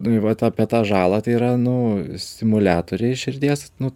nu vat apie tą žalą tai yra nu simuliatoriai širdies nu